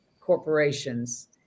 corporations